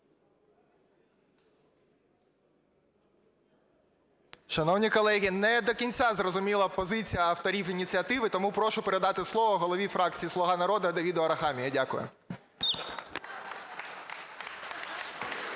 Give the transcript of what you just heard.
Шановні колеги, не до кінця зрозуміла позиція авторів ініціативи, тому прошу передати слово голові фракції "Слуга народу" Давиду Арахамія. Дякую.